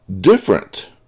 different